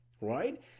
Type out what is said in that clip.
right